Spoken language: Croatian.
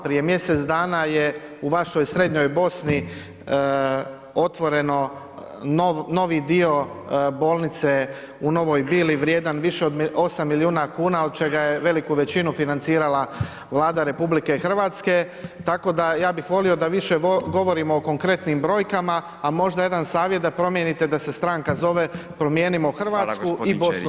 Prije mjesec dana je u vašoj Srednjoj Bosni otvoreno novi dio bolnice u Novoj Bili vrijedan više od 8 milijuna kuna, od čega je veliku većinu financirala Vlada RH, tako da, ja bih volio da više govorimo o konkretnim brojkama, a možda jedan savjet da promijenite da se stranka zove Promijenimo Hrvatsku [[Upadica: Hvala g. Ćelić]] i BiH.